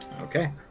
Okay